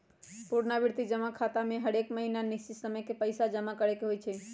पुरनावृति जमा खता में हरेक महीन्ना निश्चित समय के पइसा जमा करेके होइ छै